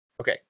Okay